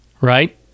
Right